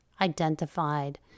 identified